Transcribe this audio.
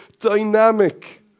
dynamic